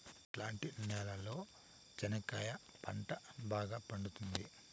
ఎట్లాంటి నేలలో చెనక్కాయ పంట బాగా పండుతుంది?